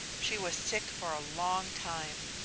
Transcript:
she was sick for a long time.